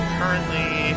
Currently